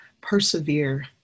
persevere